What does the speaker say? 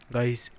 Guys